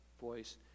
voice